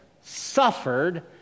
suffered